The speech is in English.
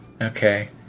Okay